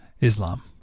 Islam